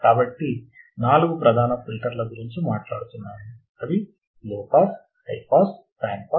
కాబట్టి మనం నాలుగు ప్రధాన ఫిల్టర్ల గురించి మాట్లాడుతున్నాము అవి low pass high pass band pass మరియు బ్యాండ్ రిజెక్ట్